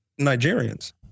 Nigerians